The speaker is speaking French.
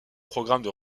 programmes